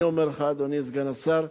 אני אומר לך, אדוני סגן השר: